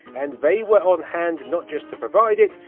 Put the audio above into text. and they were on hand not just to provide it,